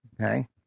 Okay